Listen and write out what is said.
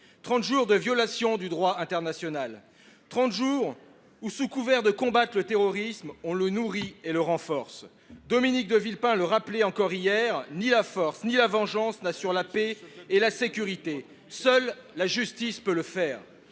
jours de violation du droit international. Trente jours où, sous couvert de combattre le terrorisme, on le nourrit et le renforce ; Dominique de Villepin le rappelait hier encore, ni la force ni la vengeance n’assurent la paix et la sécurité : seule la justice peut le faire.